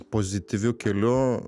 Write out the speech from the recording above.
pozityviu keliu